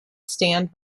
stand